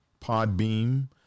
Podbeam